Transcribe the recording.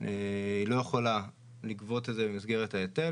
היא לא יכולה לגבות את זה במסגרת ההיטל,